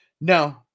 No